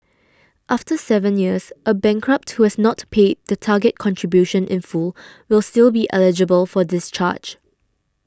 after seven years a bankrupt who has not paid the target contribution in full will still be eligible for discharge